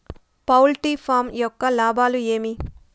poultry farm యొక్క లాభాలు ఏమి